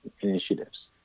initiatives